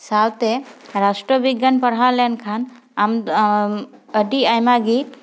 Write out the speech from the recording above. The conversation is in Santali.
ᱥᱟᱶᱛᱮ ᱨᱟᱥᱴᱚ ᱵᱤᱜᱽᱜᱟᱱ ᱯᱟᱲᱦᱟᱣ ᱞᱮᱱᱠᱷᱟᱱ ᱟᱢ ᱫᱚ ᱟᱹᱰᱤ ᱟᱭᱢᱟᱜᱮ